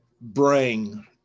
bring